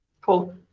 cool